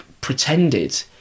pretended